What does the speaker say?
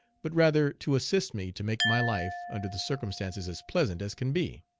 but rather to assist me to make my life under the circumstances as pleasant as can be.